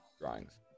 drawings